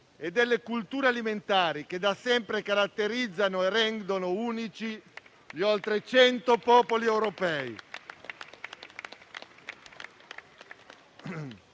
e delle culture alimentari che da sempre caratterizzano e rendono unici gli oltre cento popoli europei.